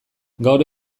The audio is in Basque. gaur